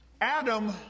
Adam